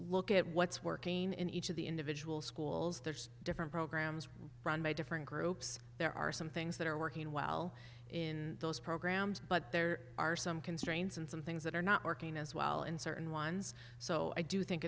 look at what's working in each of the individual schools there's different programs run by different groups there are some things that are working well in those programs but there are some constraints and some things that are not working as well in certain ones so i do think